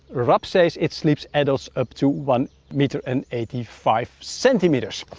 rab says it sleeps adults up to one meter and eighty five centimeters.